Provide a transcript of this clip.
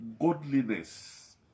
godliness